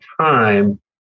time